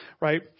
right